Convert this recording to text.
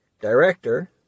director